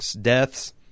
deaths